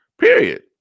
period